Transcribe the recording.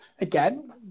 again